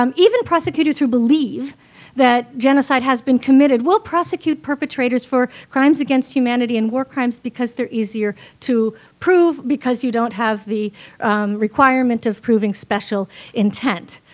um even prosecutors who believe that genocide has been committed will prosecute perpetrators for crimes against humanity and war crimes because they are easier to prove because you don't have the requirement of providing and special intent.